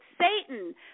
Satan